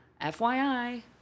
FYI